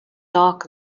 dark